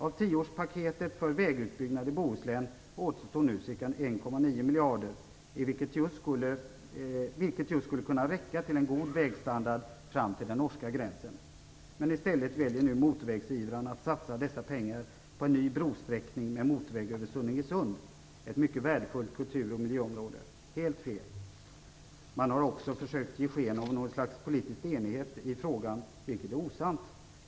Av tioårspaketet för vägutbyggnad i Bohuslän återstår nu ca 1,9 miljarder, vilket just skulle kunna räcka till en god vägstandard fram till norska gränsen. Men i stället väljer nu motorvägsivrarna att satsa dessa pengar på en ny brosträckning med motorväg över Sunningsund, ett mycket värdefullt kultur och miljöområde. Helt fel. Man har också försökt att göra sken av något slags politiks enighet i frågan, vilket är osant.